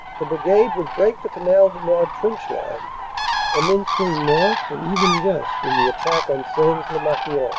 the brigade would break the canal du nord trench line and then swing north and even west in the attack on sains-lez-marquion,